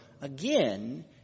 again